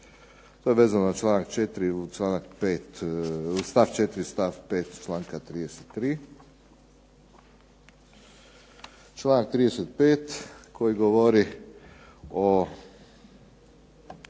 To je vezano na članak 4, članak 5., stav 4., stav 5. članka 33. Članak 35. koji govori o